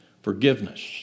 Forgiveness